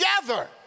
together